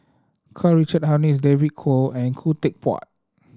Karl Richard Hanitsch David Kwo and Khoo Teck Puat